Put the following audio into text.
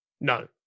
No